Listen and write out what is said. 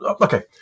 okay